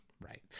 Right